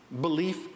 Belief